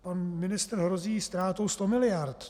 Pan ministr hrozí ztrátou 100 mld.